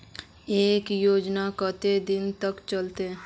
एक औजार केते दिन तक चलते?